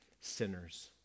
sinners